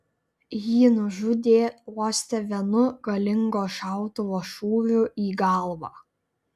jį nužudė uoste vienu galingo šautuvo šūviu į galvą